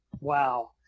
Wow